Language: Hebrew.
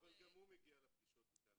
אבל גם הוא מגיע לפגישות אתנו.